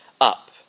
up